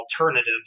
alternatives